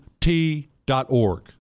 T.org